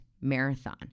marathon